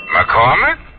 McCormick